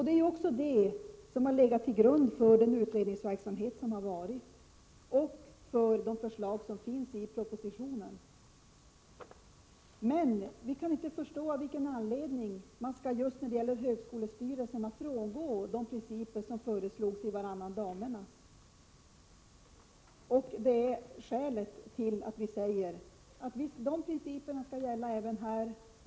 Det är det som har legat till grund för den utredningsverksamhet som förekommit och för de förslag som finns i propositionen. Vi kan inte förstå av vilken anledning man just när det gäller högskolestyrelserna skall frångå de principer som föreslogs i Varannan damernas. Det är skälet till att vi säger att de principerna skall gälla även här.